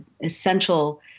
essential